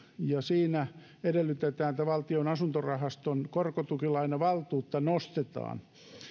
ja siinä edellytetään että valtion asuntorahaston korkotukilainavaltuutta nostetaan